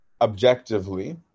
objectively